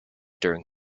during